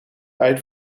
uit